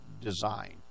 design